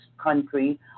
country